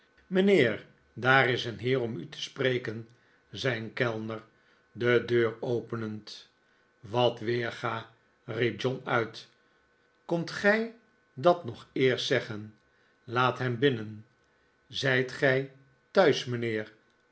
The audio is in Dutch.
mijnheer daar is een heer om u te spreken zei een kellner d deur openend wat weerga riep john uit komt gij dat nog eerst zeggen laat hem binnen zijt gij thuis mijnheer